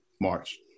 March